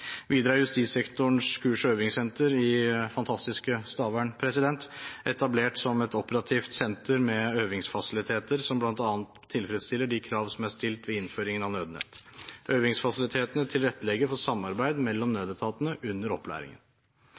Videre er Justissektorens kurs- og øvingssenter i fantastiske Stavern etablert som et operativt senter med øvingsfasiliteter som bl.a. tilfredsstiller de krav som er stilt ved innføringen av nødnett. Øvingsfasilitetene tilrettelegger for samarbeid mellom nødetatene under opplæringen.